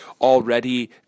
Already